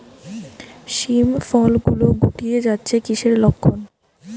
শিম ফল গুলো গুটিয়ে যাচ্ছে কিসের লক্ষন?